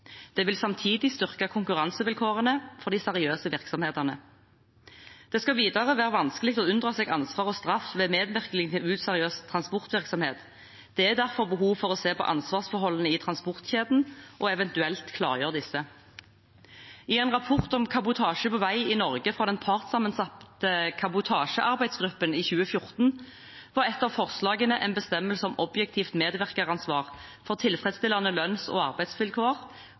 Det vil samtidig styrke konkurransevilkårene for de seriøse virksomhetene. Det skal videre være vanskelig å unndra seg ansvar og straff ved medvirkning til useriøs transportvirksomhet. Det er derfor behov for å se på ansvarsforholdene i transportkjeden og eventuelt klargjøre disse. I en rapport om kabotasje på vei i Norge fra den partssammensatte kabotasjearbeidsgruppen i 2014 var et av forslagene en bestemmelse om objektivt medvirkeransvar for tilfredsstillende lønns- og